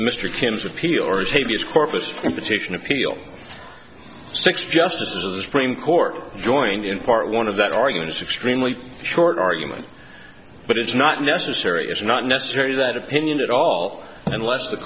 v corpus petition appeal six justices of the supreme court joined in part one of that argument is extremely short argument but it's not necessary it's not necessary to that opinion at all unless the